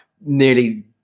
nearly